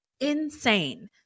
insane